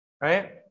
Right